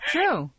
True